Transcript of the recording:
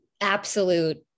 absolute